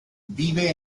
vive